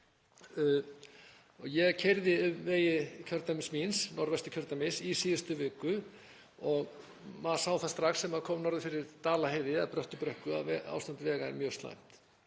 Ég keyrði vegi kjördæmis míns, Norðvesturkjördæmis, í síðustu viku og maður sá það strax þegar maður kom norður fyrir Dalaheiði eða Bröttubrekku að ástand vega er mjög slæmt